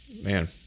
Man